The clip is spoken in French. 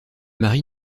mari